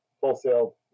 wholesale